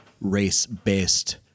race-based